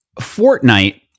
Fortnite